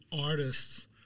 artists